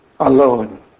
alone